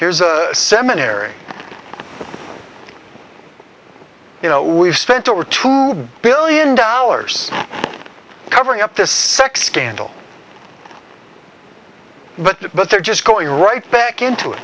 here's a seminary you know we've spent over two billion dollars covering up this sex scandal but but they're just going right back into it